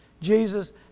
Jesus